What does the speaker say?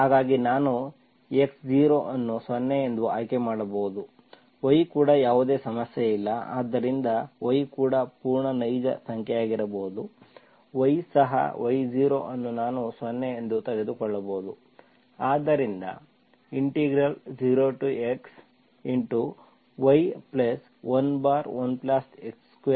ಹಾಗಾಗಿ ನಾನು x0 ಅನ್ನು 0 ಎಂದು ಆಯ್ಕೆ ಮಾಡಬಹುದು y ಕೂಡ ಯಾವುದೇ ಸಮಸ್ಯೆಯಿಲ್ಲ ಆದ್ದರಿಂದ y ಕೂಡ ಪೂರ್ಣ ನೈಜ ಸಂಖ್ಯೆಯಾಗಿರಬಹುದು y ಸಹ y0 ಅನ್ನು ನಾನು 0 ಎಂದು ತೆಗೆದುಕೊಳ್ಳಬಹುದು